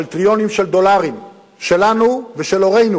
שטריליונים של דולרים שלנו ושל הורינו